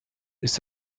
ist